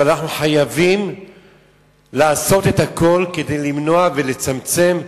אבל אנחנו חייבים לעשות הכול כדי למנוע ולצמצם,